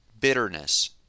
Bitterness